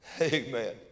Amen